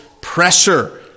pressure